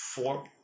four